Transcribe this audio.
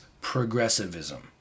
progressivism